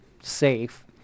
safe